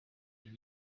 and